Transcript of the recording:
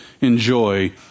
enjoy